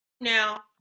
now